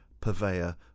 purveyor